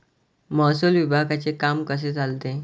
महसूल विभागाचे काम कसे चालते?